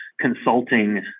consulting